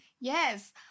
Yes